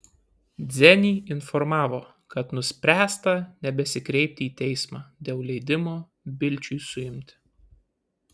dzenį informavo kad nuspręsta nebesikreipti į teismą dėl leidimo bilčiui suimti